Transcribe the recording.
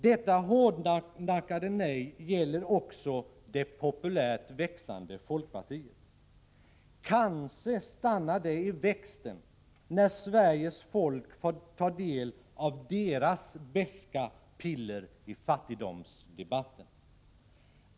Detta hårdnackade nej gäller också det populärt växande folkpartiet. Kanske stannar det i växten när Sveriges folk får ta del av dess beska piller i fattigdomsdebatten.